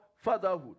fatherhood